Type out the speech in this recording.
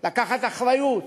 לקחת אחריות